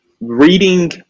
reading